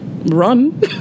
run